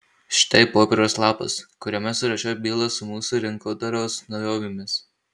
štai popieriaus lapas kuriame surašiau bylas su mūsų rinkodaros naujovėmis